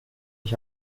ich